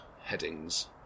headings